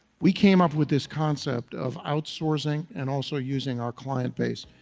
we came up with this concept of outsourcing and also using our client base.